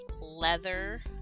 leather